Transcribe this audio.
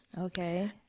Okay